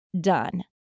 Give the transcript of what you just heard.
done